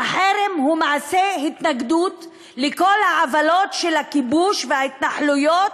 והחרם הוא מעשה התנגדות לכל העוולות של הכיבוש וההתנחלויות,